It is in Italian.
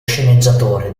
sceneggiatore